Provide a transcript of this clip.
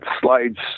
slides